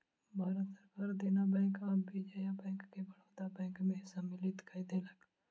भारत सरकार देना बैंक आ विजया बैंक के बड़ौदा बैंक में सम्मलित कय देलक